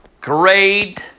Great